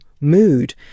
mood